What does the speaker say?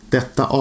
Detta